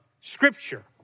Scripture